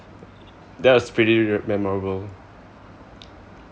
that was pretty memorable